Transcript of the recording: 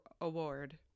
award